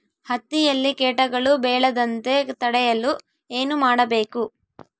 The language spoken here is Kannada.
ಹತ್ತಿಯಲ್ಲಿ ಕೇಟಗಳು ಬೇಳದಂತೆ ತಡೆಯಲು ಏನು ಮಾಡಬೇಕು?